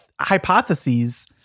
hypotheses